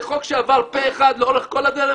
זה חוק שעבר פה אחד לאורך כל הדרך,